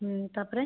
ତାପରେ